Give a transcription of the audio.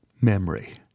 memory